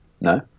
No